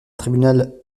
tribunal